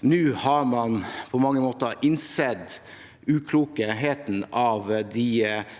Nå har man på mange måter innsett uklokheten i